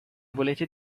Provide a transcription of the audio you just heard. volete